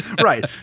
Right